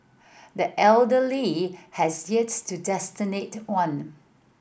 the elder Lee has yet to one